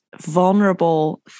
vulnerable